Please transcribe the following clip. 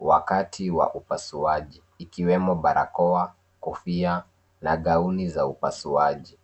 wakati wa upasuaji ikiwemo barakoa, kofia na gauni za upasuaji.